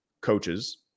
coaches